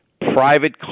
private